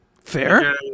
Fair